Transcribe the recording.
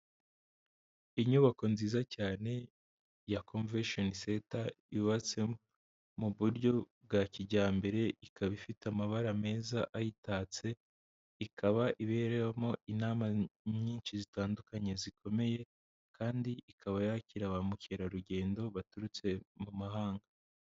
Inyubako nziza cyane ya conveshoni senta yubatse mu buryo bwa kijyambere, ikaba ifite amabara meza ayitatse, ikaba iberamo inama nyinshi zitandukanye zikomeye kandi ikaba yakira ba mukerarugendo baturutse mu mahanga.